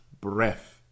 breath